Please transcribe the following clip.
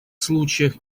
случаях